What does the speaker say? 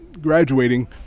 graduating